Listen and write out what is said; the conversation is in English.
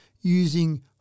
using